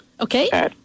Okay